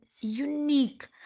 unique